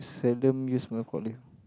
seldom use mail calling